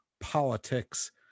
politics